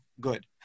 good